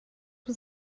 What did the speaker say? was